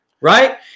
right